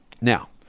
Now